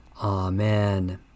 Amen